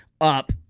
up